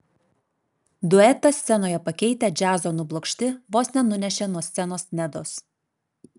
duetą scenoje pakeitę džiazo nublokšti vos nenunešė nuo scenos nedos